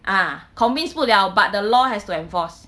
ah convinced 不了 but the law has to enforce